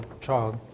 child